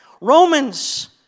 Romans